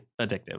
addictive